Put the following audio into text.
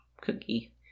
cookie